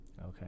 Okay